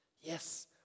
Yes